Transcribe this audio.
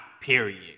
Period